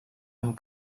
amb